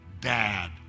dad